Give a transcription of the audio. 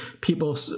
people